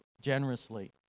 generously